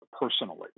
personally